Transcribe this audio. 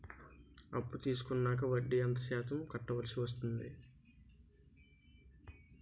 అప్పు తీసుకున్నాక వడ్డీ ఎంత శాతం కట్టవల్సి వస్తుంది?